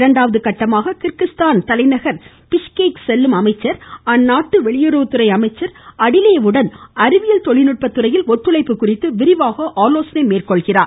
இரண்டாம் கட்டமாக கிர்கிஸ்தான் தலைநகர் பிஷ்கேக் செல்லும் அமைச்சர் அந்நாட்டு வெளியுறவுத்துறை அமைச்சர் அடிலேவ் உடன் அறிவியல் தொழில்நுட்ப துறையில் ஒத்துழைப்பு குறித்து ஆலோசனை மேற்கொள்கிறார்